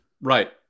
Right